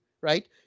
right